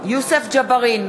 יוסף ג'בארין,